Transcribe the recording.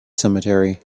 cemetery